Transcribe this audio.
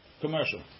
commercial